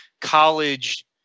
college